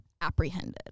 apprehended